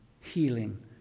healing